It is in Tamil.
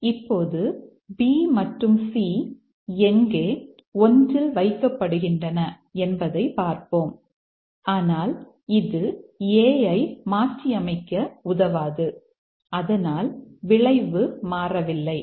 இப்போது B மற்றும் C எங்கே 1 இல் வைக்கப்படுகின்றன என்பதைப் பார்ப்போம் ஆனால் இது A ஐ மாற்றியமைக்க உதவாது அதனால் விளைவு மாறவில்லை